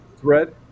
thread